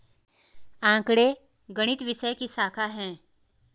आंकड़े गणित विषय की शाखा हैं